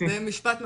זה משפט מפתח.